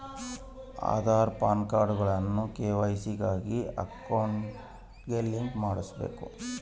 ಆದಾರ್, ಪಾನ್ಕಾರ್ಡ್ಗುಳ್ನ ಕೆ.ವೈ.ಸಿ ಗಾಗಿ ಅಕೌಂಟ್ಗೆ ಲಿಂಕ್ ಮಾಡುಸ್ಬಕು